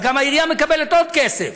אז גם העירייה מקבלת עוד כסף.